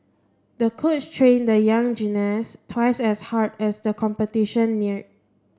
the coach trained the young gymnast twice as hard as the competition neared